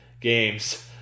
games